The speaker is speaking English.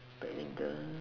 badminton